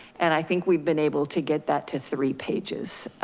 and i think we've been able to get that to three pages.